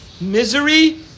misery